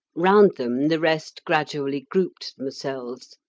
round them the rest gradually grouped themselves,